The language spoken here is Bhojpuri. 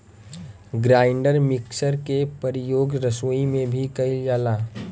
ग्राइंडर मिक्सर के परियोग रसोई में भी कइल जाला